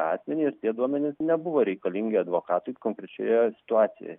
asmenį ir tie duomenys nebuvo reikalingi advokatui konkrečioje situacijoj